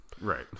Right